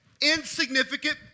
insignificant